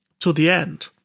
to the end.